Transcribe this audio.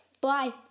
Bye